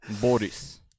Boris